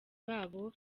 babo